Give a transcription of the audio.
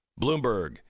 Bloomberg